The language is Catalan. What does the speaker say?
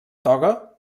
toga